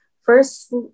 first